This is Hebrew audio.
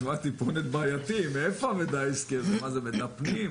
שכמו שאמרתי מגדיר את תפקידי ועדת הביקורת,